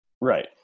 Right